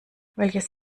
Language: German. welches